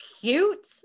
cute